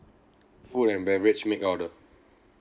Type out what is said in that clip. food and beverage make order